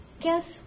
Guess